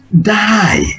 die